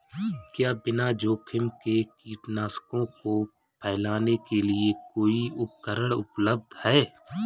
क्या बिना जोखिम के कीटनाशकों को फैलाने के लिए कोई उपकरण उपलब्ध है?